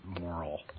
moral